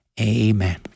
Amen